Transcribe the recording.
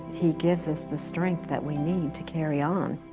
he gives us the strength that we need to carry on.